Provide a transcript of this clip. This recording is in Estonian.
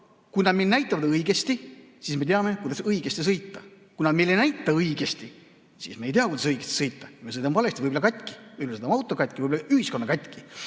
Kui nad näitavad õigesti, siis me teame, kuidas õigesti sõita, kui nad ei näita õigesti, siis me ei tea, kuidas õigesti sõita. Me sõidame valesti, võib-olla sõidame auto katki, võib-olla ühiskonna katki.